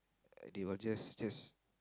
they will just just